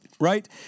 Right